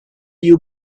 you